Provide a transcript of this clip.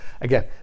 Again